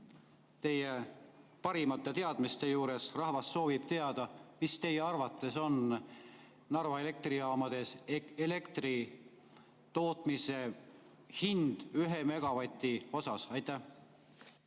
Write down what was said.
Teie parimate teadmiste juures, rahvas soovib teada, mis teie arvates on Narva elektrijaamades elektri tootmise hind ühe megavati kohta? Aitäh,